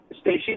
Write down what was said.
station